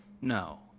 No